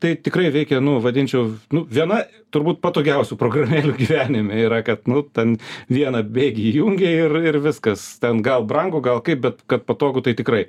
tai tikrai reikia nu vadinčiau nu viena turbūt patogiausių programėlių gyvenime yra kad nu ten vieną bėgį įjungei ir ir viskas ten gal brango gal kaip bet kad patogu tai tikrai